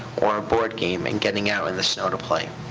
or a board game, and getting out in the snow to play.